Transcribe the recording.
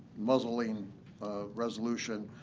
muzzling resolution,